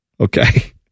Okay